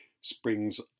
springs